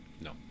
no